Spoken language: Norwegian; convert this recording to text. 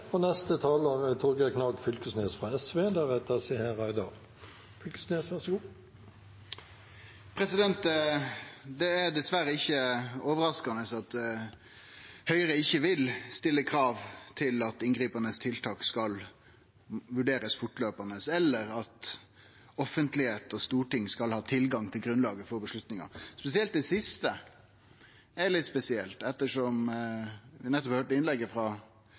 Det er dessverre ikkje overraskande at Høgre ikkje vil stille krav til at inngripande tiltak skal vurderast fortløpande, eller at offentlegheit og storting skal ha tilgang til grunnlaget for avgjerder. Spesielt det siste er litt spesielt, ettersom vi høyrde at tidlegare statsminister i innlegget